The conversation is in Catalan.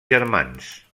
germans